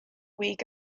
week